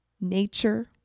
nature